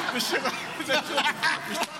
לוועדת החינוך,